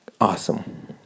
awesome